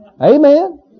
Amen